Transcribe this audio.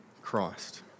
Christ